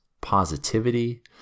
positivity